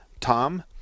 Tom